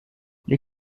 les